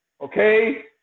Okay